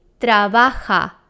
trabaja